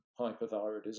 hypothyroidism